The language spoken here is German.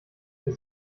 für